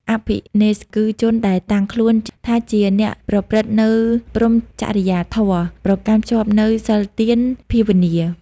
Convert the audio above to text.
អភិនេស្ក្រម៍ គឺជនដែលតាំងខ្លួនថាជាអ្នកប្រព្រឹត្តនូវព្រហ្មចរិយាធម៌ ប្រកាន់ខ្ជាប់នូវសីលទាន ភាវនា ។